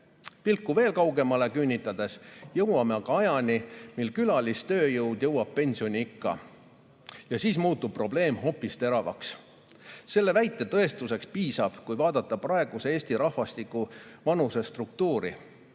Pilku veel kaugemale küünitades jõuame aga ajani, mil külalistööjõud jõuab pensioniikka. Ja siis muutub probleem hoopis teravaks." Selle väite tõestuseks piisab, kui vaadata praegust Eesti rahvastiku vanusestruktuuri.